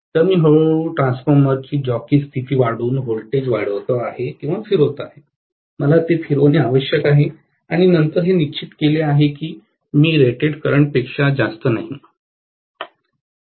तर मी हळू हळू ट्रान्सफॉर्मरची जॉकी स्थिती वाढवून व्होल्टेज वाढवितो किंवा फिरवतो मला ते फिरविणे आवश्यक आहे आणि नंतर हे निश्चित केले आहे की मी रेटेड करंट पेक्षा जास्त नाही